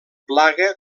plaga